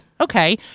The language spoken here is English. Okay